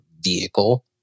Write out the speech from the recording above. vehicle